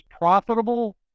profitable